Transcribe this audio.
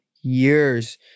years